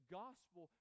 gospel